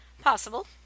Possible